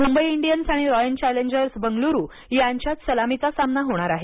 Mumbai Indians आणि royal challengers Bengaluru यांच्यात सलामीचा सामना होणार आहे